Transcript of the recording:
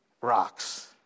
rocks